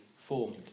formed